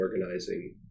organizing